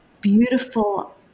beautiful